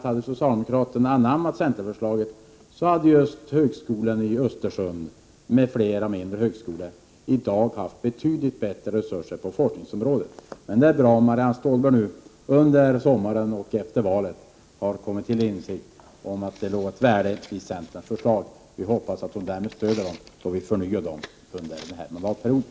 Hade socialdemokraterna anammat centerförslaget, hade just högskolan i Östersund m.fl. mindre högskolor i dag haft betydligt bättre resurser till forskning. Det är bra om Marianne Stålberg under sommaren och efter valet har kommit till insikt om att det låg ett värde i centerns förslag. Vi hoppas att hon därmed kommer att stödja de förslagen då vi ånyo framlägger dem under den här mandatperioden.